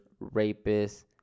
rapists